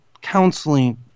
counseling